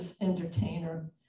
entertainer